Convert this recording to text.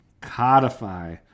codify